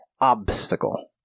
obstacle